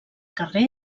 carrer